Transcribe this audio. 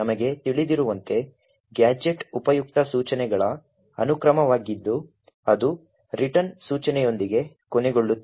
ನಮಗೆ ತಿಳಿದಿರುವಂತೆ ಗ್ಯಾಜೆಟ್ ಉಪಯುಕ್ತ ಸೂಚನೆಗಳ ಅನುಕ್ರಮವಾಗಿದ್ದು ಅದು ರಿಟರ್ನ್ ಸೂಚನೆಯೊಂದಿಗೆ ಕೊನೆಗೊಳ್ಳುತ್ತದೆ